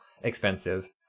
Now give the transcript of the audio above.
expensive